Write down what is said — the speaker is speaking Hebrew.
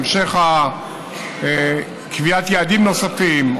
המשך קביעת יעדים נוספים,